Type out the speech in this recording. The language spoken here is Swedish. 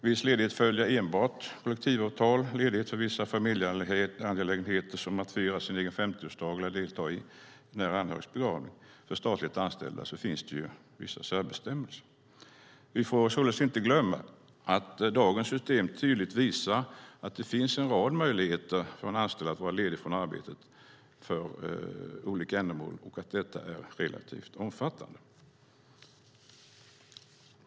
Viss ledighet följer enbart kollektivavtal, till exempel ledighet för vissa familjeangelägenheter som att fira sin egen 50-årsdag eller att delta i en nära anhörigs begravning. Det finns vissa särbestämmelser för statligt anställda. Vi får således inte glömma att dagens system tydligt visar att det finns en rad möjligheter för de anställda att vara lediga från arbetet för olika ändamål och att detta är relativt omfattande.